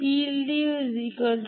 PLDOV